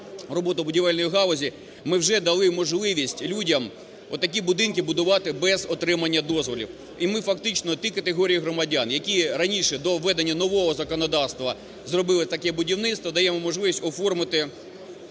роботу будівельної галузі ми вже дали можливість людям такі будинки будувати без отримання дозволів. І ми фактично, ті категорії громадян, які раніше до введення нового законодавства зробили таке будівництво даємо можливість оформити